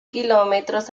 kilómetros